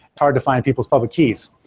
hard to find people's public keys.